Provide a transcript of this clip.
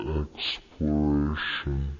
exploration